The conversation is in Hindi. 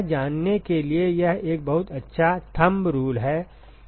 यह जानने के लिए यह एक बहुत अच्छा थंब रूल है